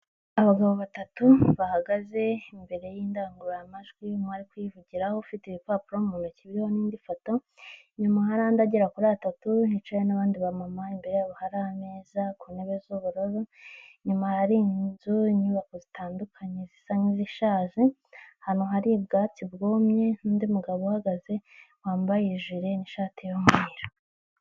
Abagabo batatu bahagaze imbere y'indangururamajwi, umwe ari kuyivugiraho ufite ibipapuro mu ntoki biriho n'indi foto, inyuma hari andi agera kuri atatu, hicaye n'abandi bamama imbere yabo hari ameza ku ntebe z'ubururu, inyuma hari inzu, inyubako zitandukanye zisa nk'izishaje, ahantu hari ubwatsi bwumye n'undi mugabo uhagaze wambaye ijire n'ishati y'mweru.